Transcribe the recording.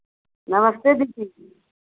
नमस्ते दीदी जी